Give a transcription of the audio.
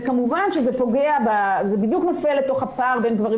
זה בדיוק נופל לתוך הפער בין גברים